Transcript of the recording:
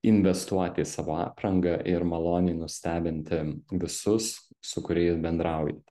investuoti į savo aprangą ir maloniai nustebinti visus su kuriais bendraujate